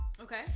Okay